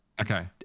Okay